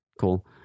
Cool